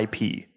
IP